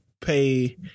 pay